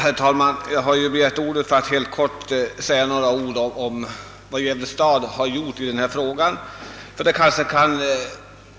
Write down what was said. Herr talman! Jag har begärt ordet för att helt kort redogöra för vad Gävle stad har utträttat på detta område, då det måhända kan